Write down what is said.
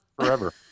forever